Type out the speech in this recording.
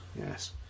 yes